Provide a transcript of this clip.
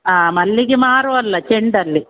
ಹಾಂ ಮಲ್ಲಿಗೆ ಮಾರು ಅಲ್ಲ ಚೆಂಡು ಅಲ್ಲಿ